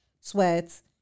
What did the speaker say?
sweats